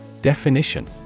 Definition